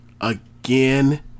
Again